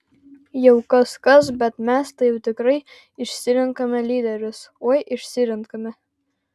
jau kas kas bet mes tai jau tikrai išsirenkame lyderius oi išsirenkame